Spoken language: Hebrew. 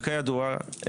וכידוע,